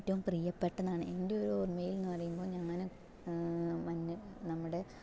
ഏറ്റവും പ്രിയപ്പെട്ടതാണ് എൻ്റെ ഒരോർമ്മയിൽന്ന് പറയുമ്പോൾ ഞാന് മഞ്ഞ് നമ്മുടെ